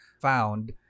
found